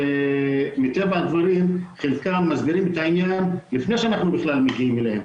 מטבע הדברים חלקן מסדירות את העניין עוד לפני שאנחנו מגיעים אליהן.